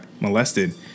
molested